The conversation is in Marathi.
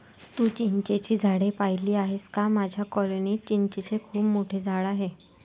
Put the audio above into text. तू चिंचेची झाडे पाहिली आहेस का माझ्या कॉलनीत चिंचेचे खूप मोठे झाड आहे